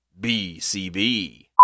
bcb